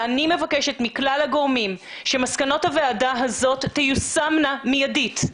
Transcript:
אני מבקשת מכלל הגורמים שמסקנות הוועדה הזאת תיושמנה מיידית,